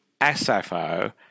SFO